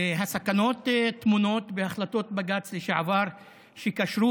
והסכנות טמונות בהחלטות בג"ץ לשעבר שקשרו